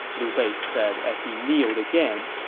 liu bei said as he kneeled again.